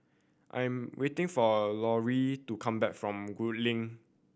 I am waiting for Lori to come back from Gul Link